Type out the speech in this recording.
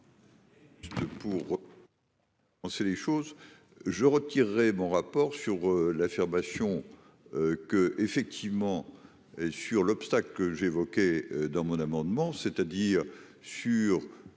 Favreau. On sait les choses, je retirerai mon rapport sur l'affirmation que effectivement sur l'obstacle que j'évoquais dans mon amendement, c'est-à-dire sur